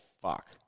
fuck